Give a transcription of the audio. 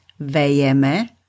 vejeme